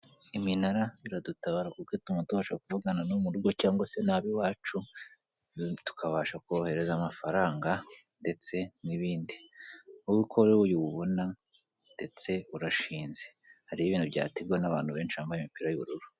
Iminara iradutabara kuko ituma tubasha kuvugana no mu rugo, cyangwa se nab'iwacu tukabasha kubohereza amafaranga ndetse n'ibindi. Nkuko rero uyu ibibona ndetse urashinze hari ibintu bya tigo n'abantu benshi bambaye imipira y'ubururu.